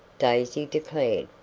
daisy declared.